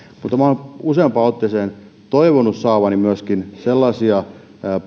kun minä olen useampaan otteeseen toivonut saavani myöskin sellaisia